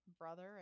brother